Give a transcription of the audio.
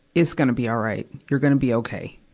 it's gonna be all right. you're gonna be okay.